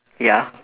ya